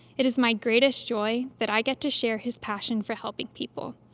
it is my greatest joy that i get to share his passion for helping people,